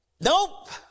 Nope